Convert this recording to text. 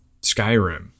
Skyrim